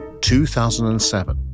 2007